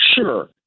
sure